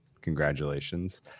congratulations